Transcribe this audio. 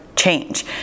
change